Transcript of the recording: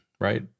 right